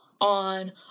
On